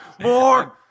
More